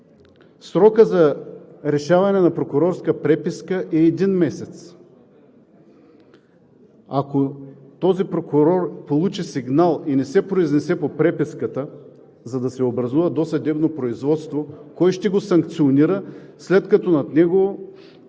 срокът за решаване на прокурорска преписка е един месец. Ако този прокурор получи сигнал, но не се произнесе по преписката, за да се образува досъдебно производство, кой ще го санкционира, след като на практика